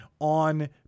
on